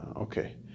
Okay